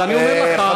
אז אני אומר לך,